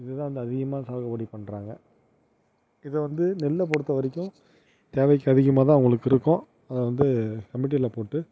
இதுதான் வந்து அதிகமாக சாகுபடி பண்ணுறாங்க இதை வந்து நெல்லை பொறுத்தவரைக்கும் தேவைக்கு அதிகமாக தான் அவங்களுக்கு இருக்கும் அதை வந்து கமிட்டியில் போட்டு